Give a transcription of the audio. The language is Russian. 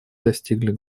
достигли